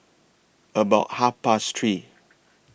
about Half Past three